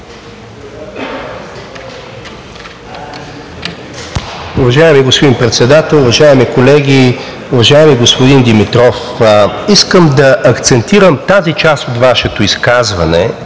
Уважаеми господин Председател, уважаеми колеги! Уважаеми господин Димитров, искам да акцентирам върху тази част от Вашето изказване